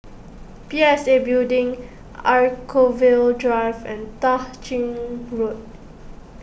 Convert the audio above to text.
P S A Building Anchorvale Drive and Tah Ching Road